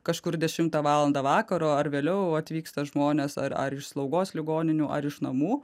kažkur dešimtą valandą vakaro ar vėliau atvyksta žmonės ar ar iš slaugos ligoninių ar iš namų